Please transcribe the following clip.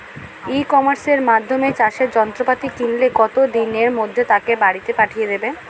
ই কমার্সের মাধ্যমে চাষের যন্ত্রপাতি কিনলে কত দিনের মধ্যে তাকে বাড়ীতে পাঠিয়ে দেবে?